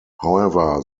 however